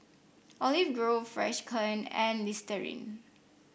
Olive Grove Freshkon and Listerine